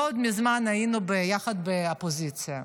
לא מזמן היינו ביחד באופוזיציה,